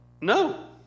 No